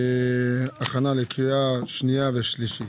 הכנה לקריאה שנייה ושלישית.